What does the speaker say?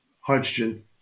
hydrogen